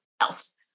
else